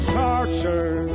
torture